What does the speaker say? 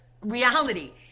reality